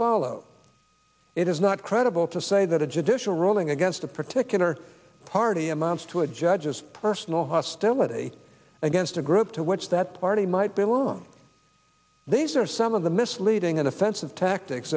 follow it is not credible to say that a judicial ruling against a particular party amounts to a judge's personal hostility against a group to which that party might belong these are some of the misleading and offensive tactics